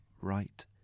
Right